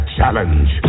challenge